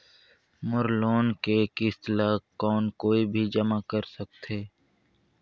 मोर loan के किस्त ल कौन कोई भी जमा कर सकथे?